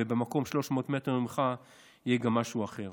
ובמקום שהוא 300 מטר ממך יהיה גם משהו אחר.